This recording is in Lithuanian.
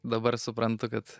dabar suprantu kad